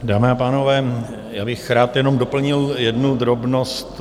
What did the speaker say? Dámy a pánové, já bych rád jenom doplnil jednu drobnost.